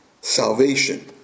salvation